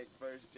first